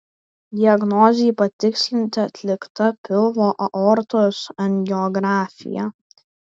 diagnozei patikslinti atlikta pilvo aortos angiografija